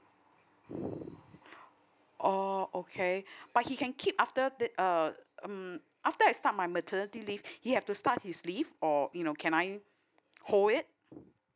oh okay but he can keep after that uh um after I start my maternity leave he have to start his leave or you know can I hold it